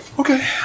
Okay